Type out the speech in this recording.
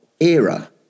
era